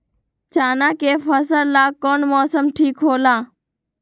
चाना के फसल ला कौन मौसम ठीक होला?